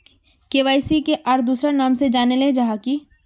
KYC के आर दोसरा नाम से जानले जाहा है की?